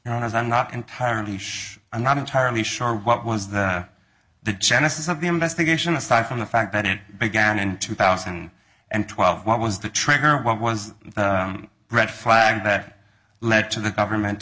you know his i'm not entirely sure i'm not entirely sure what was the the genesis of the investigation aside from the fact that it began in two thousand and twelve what was the trigger what was the red flag that led to the government